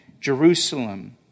Jerusalem